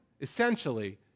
essentially